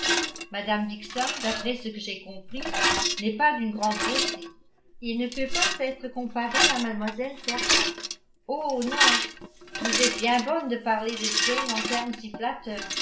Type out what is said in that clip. mme dixon d'après ce que j'ai compris n'est pas d'une grande beauté et ne peut pas être comparée à mlle fairfax oh non vous êtes bien bonne de parler de jane en termes si